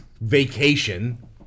vacation